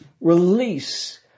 release